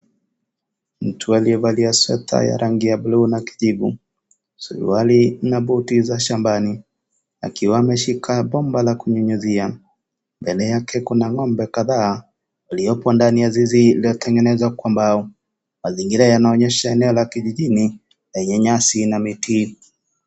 Mtu aliyevalia sweta ya buluu na kijivu, suruali na buti ya shambani akiwa ameshika bomba ya kunyunyuzia. Mbele yake kuna ngombe kadhaa waliokuwepo kwenye zizi iliyotengenezwa kwa mbao na zingine yanaonyesha eneo la kijijini lenye nyasi na miti .